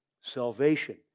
Salvation